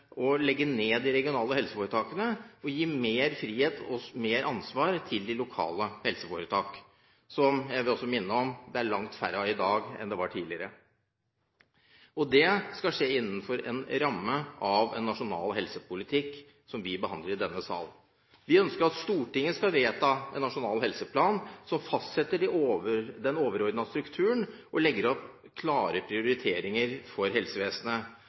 å legge ned de regionale helseforetakene og gi mer frihet og ansvar til de lokale helseforetakene, som jeg vil minne om det er langt færre av i dag enn det var tidligere. Det skal skje innenfor rammene av en nasjonal helsepolitikk som vi behandler i denne sal. Vi ønsker at Stortinget skal vedta en nasjonal helseplan som fastsetter den overordnede strukturen, og legger fram klare prioriteringer for helsevesenet.